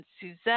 Suzette